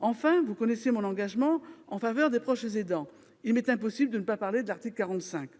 Enfin, vous connaissez mon engagement en faveur des proches aidants et il m'est impossible de ne pas parler de l'article 45.